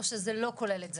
או שזה לא כולל את זה?